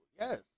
yes